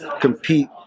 compete